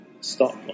stop